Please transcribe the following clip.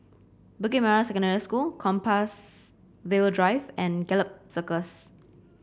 Bukit Merah Secondary School Compassvale Drive and Gallop Circus